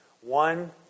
One